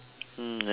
mm yup